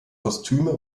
kostüme